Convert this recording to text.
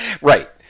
Right